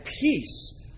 peace